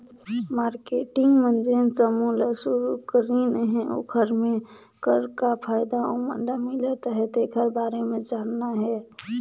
marketing मन जेन समूह ल सुरूकरीन हे ओखर मे कर का फायदा ओमन ल मिलत अहे तेखर बारे मे जानना हे